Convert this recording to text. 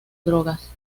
drogas